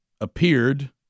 appeared